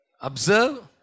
observe